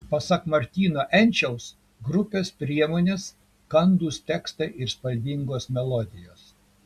pasak martyno enčiaus grupės priemonės kandūs tekstai ir spalvingos melodijos